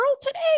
today